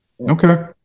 okay